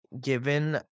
given